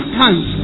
hands